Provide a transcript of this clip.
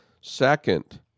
second